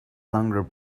longer